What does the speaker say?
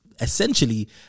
essentially